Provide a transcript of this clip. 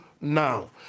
now